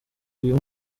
uyu